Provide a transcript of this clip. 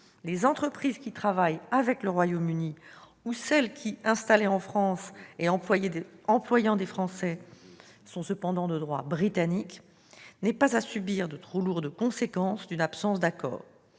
les entreprises qui travaillent avec le Royaume-Uni ou celles qui, installées en France et employant des Français, sont cependant de droit britannique n'aient pas à subir de trop lourdes conséquences d'une absence d'accord.